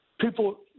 people